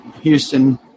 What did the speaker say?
Houston